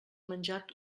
menjat